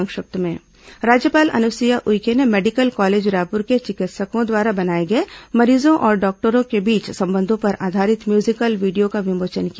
संक्षिप्त समाचार राज्यपाल अनुसुईया उइके ने मेडिकल कॉलेज रायपुर के चिकित्सकों द्वारा बनाए गए मरीजों और डॉक्टरों के बीच संबंधों पर आधारित म्यूजिकल वीडियो का विमोचन किया